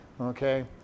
Okay